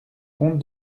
compte